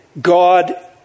God